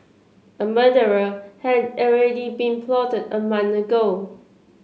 a murderer had already been plotted a month ago